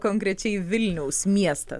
konkrečiai vilniaus miesta